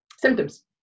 symptoms